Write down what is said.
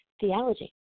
theology